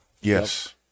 Yes